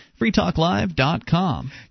freetalklive.com